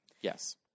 yes